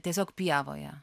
tiesiog pievoje